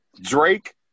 Drake